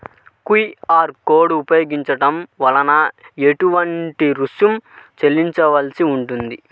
QR code ఉపయోగించటం వలన ఏటువంటి రుసుం చెల్లించవలసి ఉంటుంది?